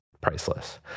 priceless